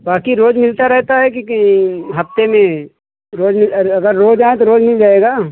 बाकी रोज मिलता रहता है कि की हफ्ते में अगर हो जाए तो रोज मि मिल जाएगा